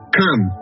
come